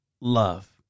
love